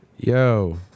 Yo